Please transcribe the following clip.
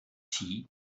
tea